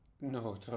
No